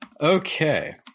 Okay